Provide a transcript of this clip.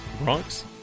Bronx